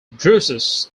drusus